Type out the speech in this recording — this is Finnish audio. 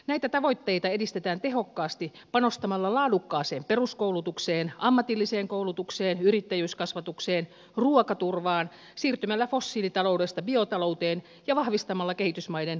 näitä tavoitteita edistetään tehokkaasti panostamalla laadukkaaseen peruskoulutukseen ammatilliseen koulutukseen yrittäjyyskasvatukseen ruokaturvaan siirtymällä fossiilitaloudesta biotalouteen ja vahvistamalla kehitysmaiden yksityistä sektoria